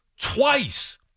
twice